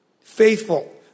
Faithful